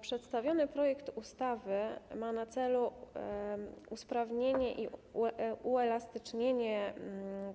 Przedstawiony projekt ustawy ma na celu usprawnienie i uelastycznienie